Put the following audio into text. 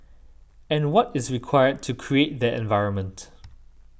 and what is required to create that environment